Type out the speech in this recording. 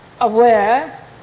aware